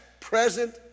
present